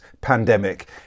pandemic